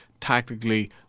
tactically